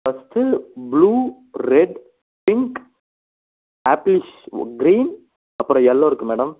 first blue red pink apples uh green அப்புறம் yellow இருக்கு madam